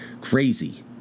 crazy